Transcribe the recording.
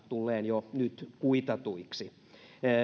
tulleen jo nyt kuitatuiksi